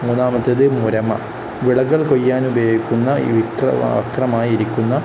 മൂന്നാമത്തത് മുരമ വിളകൾ കൊയ്യാൻ ഉപയോഗിക്കുന്ന അക്രമായി ഇരിക്കുന്ന